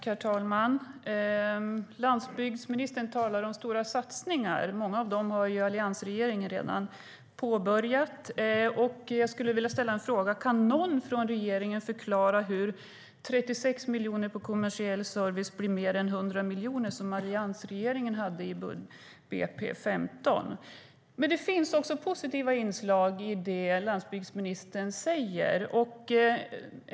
Herr talman! Landsbygdsministern talar om stora satsningar. Många av dem har alliansregeringen redan påbörjat. Jag skulle vilja ställa en fråga: Kan någon från regeringen förklara hur 36 miljoner på kommersiell service blir mer än 100 miljoner, som alliansregeringen hade i budgetpropositionen för 2015? Det finns dock också positiva inslag i det som landsbygdsministern säger.